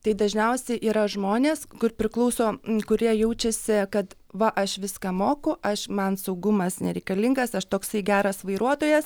tai dažniausiai yra žmonės kur priklauso kurie jaučiasi kad va aš viską moku aš man saugumas nereikalingas aš toksai geras vairuotojas